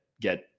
get